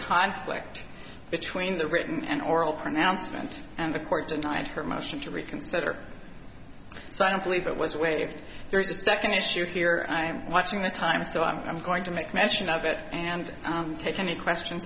conflict between the written and oral pronouncement and the court denied her motion to reconsider so i don't believe it was waived there is a second issue here i'm watching the time so i'm going to make mention of it and take any question